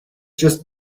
just